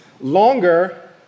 longer